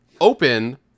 open